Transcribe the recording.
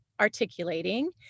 articulating